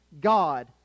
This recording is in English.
God